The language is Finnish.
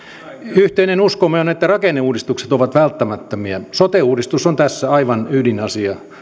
yhteinen uskomme on on että rakenneuudistukset ovat välttämättömiä sote uudistus on tässä aivan ydinasia